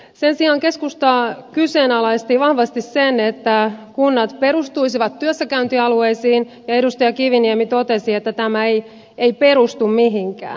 sen sijaan keskusta kyseenalaisti vahvasti sen että kunnat perustuisivat työssäkäyntialueisiin ja edustaja kiviniemi totesi että tämä ei perustu mihinkään